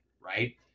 right